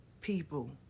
people